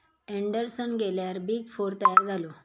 Anderson गेल्यार big four तयार झालो